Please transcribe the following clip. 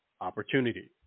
opportunity